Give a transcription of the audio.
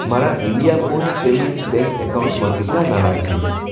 મારા India Post Payments Bank bank એકાઉન્ટમાં કેટલા નાણા છે